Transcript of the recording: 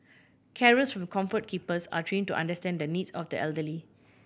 carers from Comfort Keepers are trained to understand the needs of the elderly